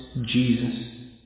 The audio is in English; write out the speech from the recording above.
Jesus